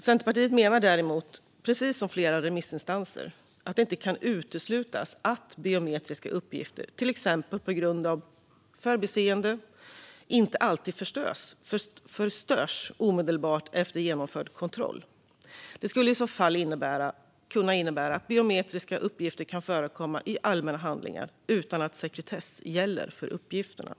Centerpartiet menar däremot, precis som flera remissinstanser, att det inte kan uteslutas att biometriska uppgifter, till exempel på grund av förbiseenden, inte alltid förstörs omedelbart efter genomförd kontroll. Det skulle i så fall innebära att biometriska uppgifter kan förekomma i allmänna handlingar utan att sekretess gäller för uppgifterna.